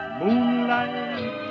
moonlight